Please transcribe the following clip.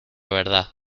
verdad